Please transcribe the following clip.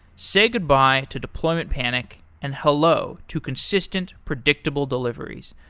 say goodbye to deployment panic and hello to consistent, predictable deliveries.